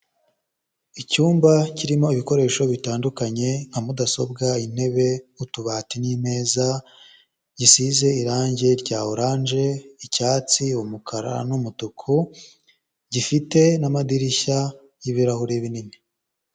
Icyumba kirimo ibikoresho bitandukanye nka mudasobwa, intebe utubati n'imeza, gisize irangi rya oranje, icyatsi, umukara n'umutuku, gifite n'amadirishya y'ibirahure binini.